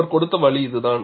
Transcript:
அவர் கொடுத்த வழி இதுதான்